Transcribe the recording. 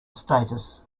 status